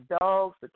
dogs